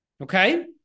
Okay